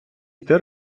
йти